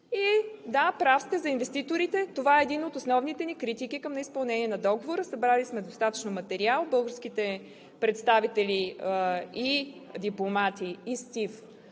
Да, прав сте за инвеститорите. Това е една от основните ни критики към изпълнение на договора. Събрали сме достатъчно материал. Българските представители и дипломати в